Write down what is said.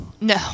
No